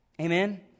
Amen